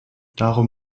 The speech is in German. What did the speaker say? darum